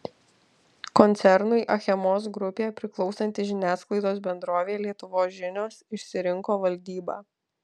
koncernui achemos grupė priklausanti žiniasklaidos bendrovė lietuvos žinios išsirinko valdybą